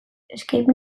escape